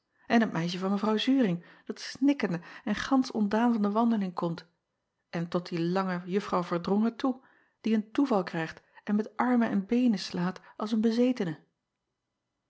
en t meisje van w uring dat snikkende en gansch ontdaan van de wandeling komt en tot die lange uffrouw erdrongen toe die een toeval krijgt en met armen en beenen slaat als een bezetene